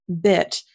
bit